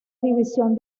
división